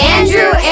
Andrew